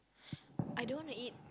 I don't want to eat